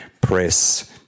press